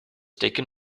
taken